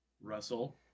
Russell